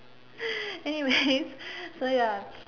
anyways so ya